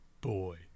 boy